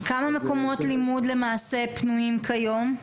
כמה מקומות לימוד פנויים כיום?